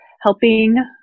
helping